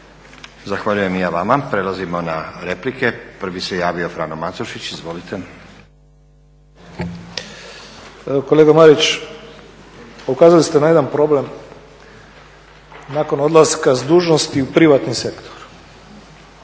Zahvaljujem ja i vama. Prelazimo na replike. Prvi se javio Frano Matušić, izvolite. **Matušić, Frano (HDZ)** Kolega Marić, pa ukazali ste na jedan problem nakon odlaska s dužnosti u privatni sektor.